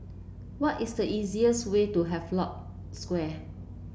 what is the easiest way to Havelock Square